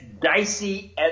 dicey